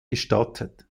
gestattet